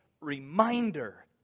reminder